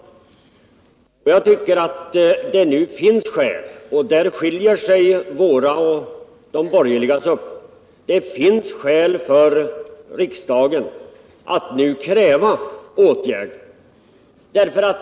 Jag tycker att det nu finns skäl för riksdagen — och där skiljer sig vår uppfattning och de borgerligas — att kräva åtgärder.